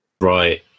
Right